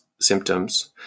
symptoms